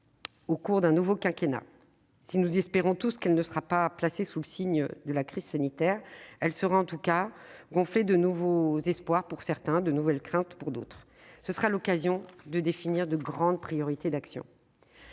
au cours d'un nouveau quinquennat. Si nous espérons tous qu'elle ne sera pas placée sous le signe de la crise sanitaire, elle sera en tout cas gonflée de nouveaux espoirs, pour certains, de nouvelles craintes, pour d'autres. Ce sera l'occasion de définir de grandes priorités d'action.